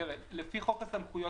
לפי חוק סמכויות